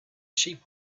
sheep